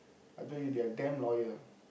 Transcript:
I tell you they are damn loyal